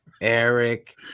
Eric